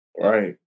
Right